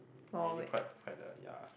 really quite quite uh ya